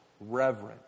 Reverent